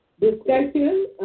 discussion